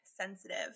sensitive